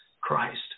Christ